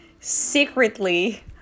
secretly